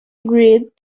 agreed